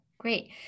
Great